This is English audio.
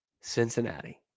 Cincinnati